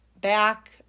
back